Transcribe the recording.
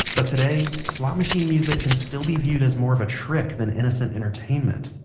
but today, slot machine music can still be viewed as more of a trick than innocent entertainment.